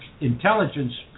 intelligence